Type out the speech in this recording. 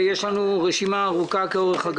יש לנו רשימה ארוכה כאורך הגלות.